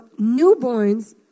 newborns